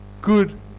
good